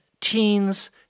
teens